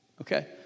Okay